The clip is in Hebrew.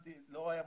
לא היה מוכן,